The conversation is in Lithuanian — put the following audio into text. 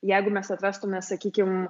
jeigu mes atrastume sakykim